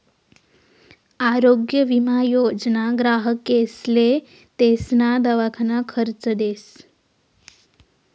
आरोग्य विमा योजना ग्राहकेसले तेसना दवाखाना खर्च देस